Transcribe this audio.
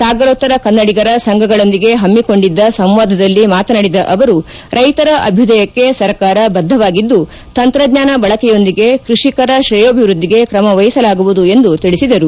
ಸಾಗರೋತ್ತರ ಕನ್ನಡಿಗರ ಸಂಘಗಳೊಂದಿಗೆ ಹಮ್ನಿಕೊಂಡಿದ್ದ ಸಂವಾದದಲ್ಲಿ ಮಾತನಾಡಿದ ಅವರು ರೈತರ ಅಭ್ಯುದಯಕ್ಕೆ ಸರ್ಕಾರ ಬದ್ದವಾಗಿದ್ದು ತಂತ್ರಜ್ವಾನ ಬಳಕೆಯೊಂದಿಗೆ ಕೃಷಿಕರ ಶ್ರೇಯೋಭಿವೃದ್ದಿಗೆ ಕ್ರಮ ವಹಿಸಲಾಗುವುದು ಎಂದು ಅವರು ಹೇಳಿದರು